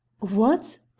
what?